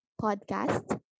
podcast